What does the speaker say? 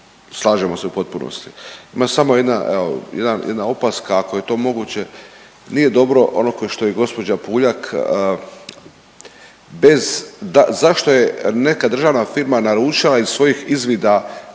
slažemo se u potpunosti. Ima samo jedna, evo jedna opaska ako je to moguće nije dobro ono što je gospođa Puljak bez da, zašto je neka državna firma naručili iz svojih izvida